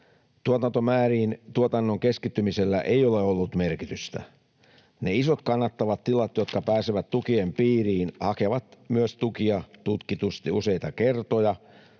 Tuotantomääriin tuotannon keskittymisellä ei ole ollut merkitystä. Ne isot kannattavat tilat, jotka pääsevät tukien piiriin, hakevat tukia tutkitusti useita kertoja,